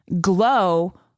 glow